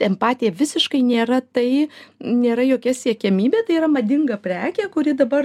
empatija visiškai nėra tai nėra jokia siekiamybė tai yra madinga prekė kuri dabar